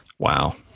Wow